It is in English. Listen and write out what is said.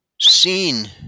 seen